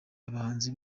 abahanzi